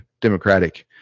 democratic